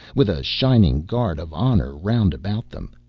with a shining guard of honor round about them.